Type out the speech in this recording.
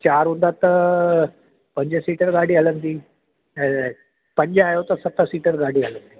चारि हूंदा त पंज सीटर गाॾी हलंदी ऐं पंज आहियो त सत सीटर गाॾी हलंदी